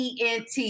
ENT